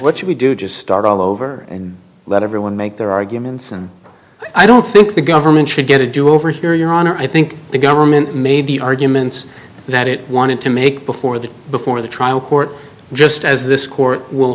would do just start all over and let everyone make their arguments and i don't think the government should get a do over here your honor i think the government made the arguments that it wanted to make before the before the trial court just as this court will